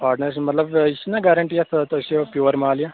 partnership مطلَب یہِ چھ نا گارَنٹی یَتھ تۄہہِ چھو پیور مال یہِ